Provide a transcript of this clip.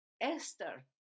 Esther